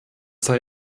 sei